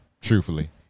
truthfully